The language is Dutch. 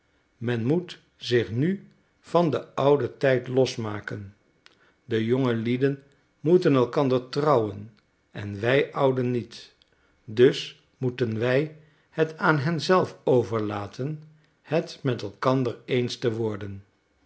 men moet zich nu van den ouden tijd los maken de jonge lieden moeten elkander trouwen en wij ouden niet dus moeten wij het aan hen zelf overlaten het met elkander eens te worden